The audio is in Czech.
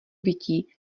vytí